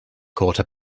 quarter